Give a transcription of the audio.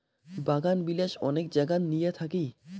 বাগানবিলাস অনেক জাগাত নিয়া থাকি